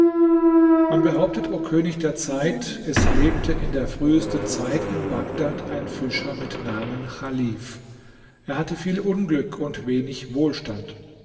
man behauptet o könig der zeit es lebte in der frühesten zeit in bagdad ein fischer mit namen chalif er hatte viel unglück und wenig wohlstand